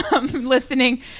listening